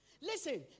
Listen